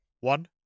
One